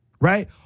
right